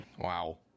Wow